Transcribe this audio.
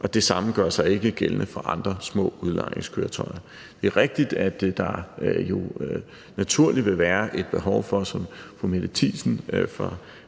og det samme gør sig ikke gældende for andre små udlejningskøretøjer. Det er rigtigt, at der jo naturligt vil være et behov for, som fru Mette Thiesen